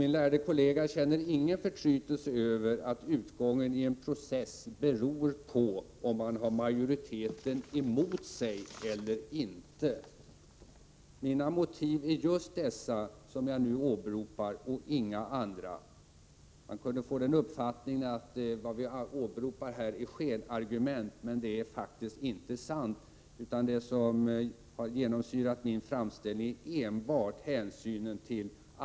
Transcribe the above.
Min lärde kollega känner ingen förtrytelse över att utgången i en process beror på om man har majoriteten emot sig eller inte. Mina motiv är just dessa